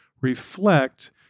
reflect